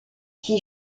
qui